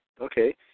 okay